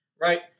Right